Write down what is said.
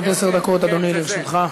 עד עשר דקות, אדוני, לרשותך.